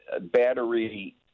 Battery